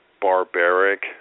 barbaric